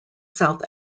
south